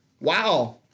wow